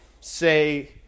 say